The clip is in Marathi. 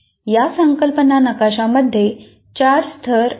या संकल्पना नकाशामध्ये 4 स्तर आहेत